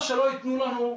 למה שלא יתנו לנו,